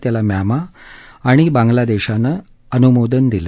त्याला म्यांमा आणि बांगलादेशानं अनुमोदन दिलं